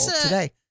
today